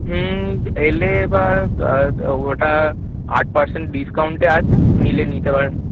হুম এলে এবার ওটা আট পার্সেন্ট ডিসকাউন্টে আছে নিলে নিতে পারেন